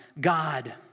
God